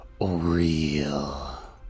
real